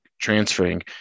transferring